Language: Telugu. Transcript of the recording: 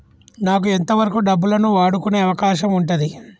నాకు ఎంత వరకు డబ్బులను వాడుకునే అవకాశం ఉంటది?